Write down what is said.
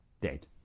Dead